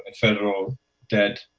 and federal debt,